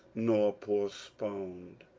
nor postponed.